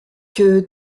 que